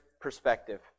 perspective